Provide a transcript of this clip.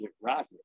Rocket